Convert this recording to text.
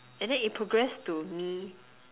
and the it progressed to me